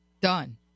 Done